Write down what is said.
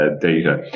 data